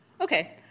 Okay